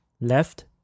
left